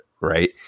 right